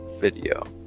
video